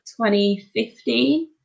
2015